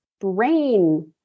brain